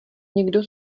někdo